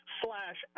slash